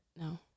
No